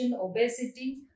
obesity